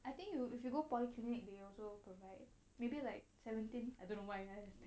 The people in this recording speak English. I think you if you go polyclinic they also provide maybe like seventeen I don't know why leh